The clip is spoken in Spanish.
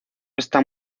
está